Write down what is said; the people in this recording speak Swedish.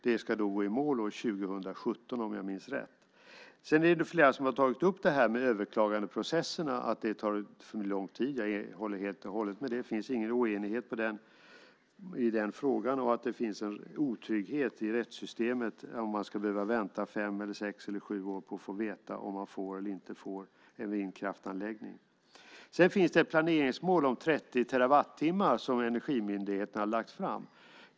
Det ska gå i mål år 2017, om jag minns rätt. Flera har tagit upp att överklagandeprocesserna tar för lång tid. Jag håller helt och hållet med om det. Det finns ingen oenighet i den frågan. Det finns en otrygghet i rättssystemet om man ska behöva vänta fem, sex eller sju år på att få veta om man får eller inte får en vindkraftanläggning. Det finns ett planeringsmål om 30 terawattimmar som Energimyndigheten har lagt fram.